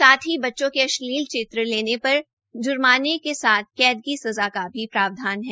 साथ ही ब्चचों के अश्लील चित्र लेने पर जुर्माने के साथ कैद की सज़ा का भी प्रावधान है